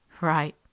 Right